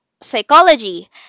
psychology